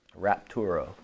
rapturo